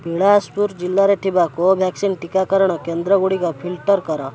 ବିଳାସ୍ପୁର ଜିଲ୍ଲାରେ ଥିବା କୋଭ୍ୟାକ୍ସିନ୍ ଟିକାକରଣ କେନ୍ଦ୍ରଗୁଡ଼ିକ ଫିଲ୍ଟର୍ କର